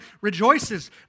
rejoices